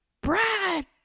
Brad